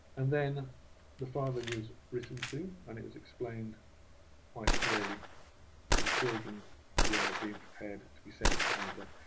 and then the father was written to and it was explained quite clearly that the children were being prepared to be sent to canada.